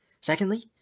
Secondly